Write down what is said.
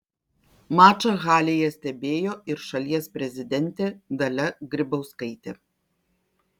mačą halėje stebėjo ir šalies prezidentė dalia grybauskaitė